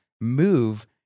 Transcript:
move